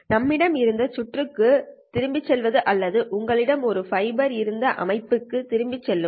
நம்மிடம் இருந்த சுற்றுக்குத் திரும்பிச் செல்வது அல்லது உங்களிடம் ஒரு ஃபைபர் இருந்த அமைப்புகளுக்குத் திரும்பிச் செல்லுங்கள்